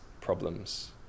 problems